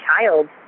child